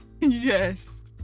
Yes